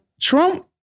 Trump